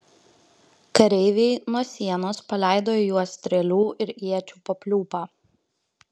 kareiviai nuo sienos paleido į juos strėlių ir iečių papliūpą